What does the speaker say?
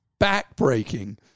backbreaking